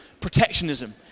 protectionism